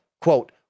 Quote